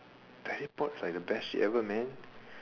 teleport is like the best shit ever man